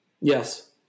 Yes